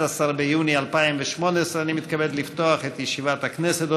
11 ביוני 2018. אני מתכבד לפתוח את ישיבת הכנסת.